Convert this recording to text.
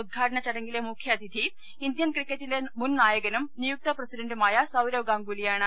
ഉദ്ഘാടന ചട ങ്ങിലെ മുഖ്യാതിഥി ഇന്ത്യൻ ക്രിക്കറ്റിന്റെ മുൻ നായകനും നിയുക്ത പ്രസിഡന്റുമായ സൌരവ് ഗാംഗുലിയാണ്